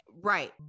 Right